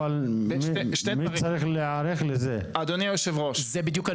אולי המשרד להגנת הסביבה ער לזה.